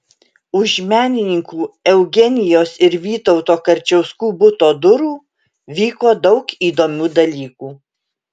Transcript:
už menininkų eugenijos ir vytauto karčiauskų buto durų vyko daug įdomių dalykų